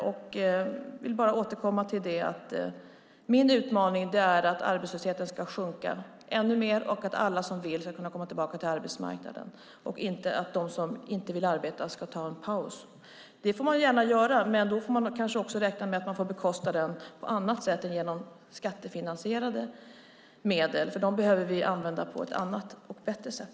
Jag vill bara återkomma till att min utmaning är att arbetslösheten ska sjunka ännu mer och att alla som vill ska kunna komma tillbaka till arbetsmarknaden, inte att de som inte vill arbeta ska ta en paus. Det får man gärna göra, men då får man kanske också räkna med att man får bekosta den på annat sätt än genom skattemedel, för dem behöver vi använda på ett annat och bättre sätt.